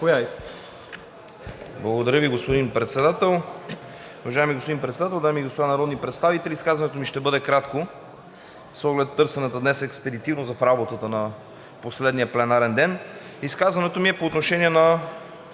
Благодаря Ви, господин Председател. Уважаеми господин Председател, дами и господа народни представители! Изказването ми ще бъде кратко, с оглед търсената днес експедитивност в работата на последния пленарен ден. Изказването ми е по отношение на